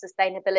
sustainability